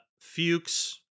Fuchs